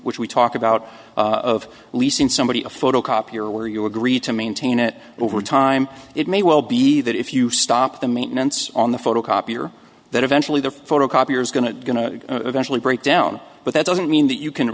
which we talk about of leasing somebody a photocopier where you agree to maintain it over time it may well be that if you stop the maintenance on the photocopier that eventually the photocopier is going to going to eventually break down but that doesn't mean that you can